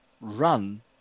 run